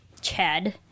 Chad